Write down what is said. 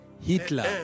Hitler